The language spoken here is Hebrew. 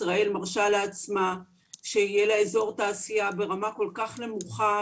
ישראל מרשה לעצמה שיהיה לה אזור תעשייה ברמה כל כך נמוכה,